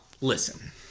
Listen